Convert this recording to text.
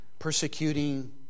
persecuting